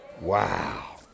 Wow